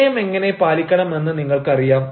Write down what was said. വിനയമെങ്ങനെ പാലിക്കണമെന്ന് നിങ്ങൾക്കറിയാം